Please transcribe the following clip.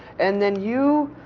and then you